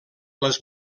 les